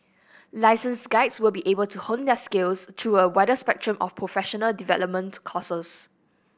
licensed guides will be able to hone their skills through a wider spectrum of professional development courses